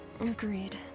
Agreed